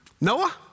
Noah